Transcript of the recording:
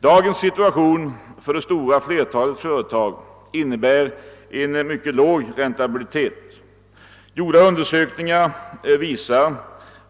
Dagens situation innebär för det stora flertalet företag en mycket låg räntabilitet. Gjorda undersökningar visar